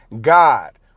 God